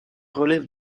relève